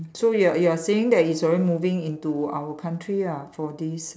so you are you are saying that it's already moving into our country ah for this